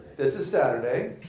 is ah saturday.